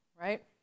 right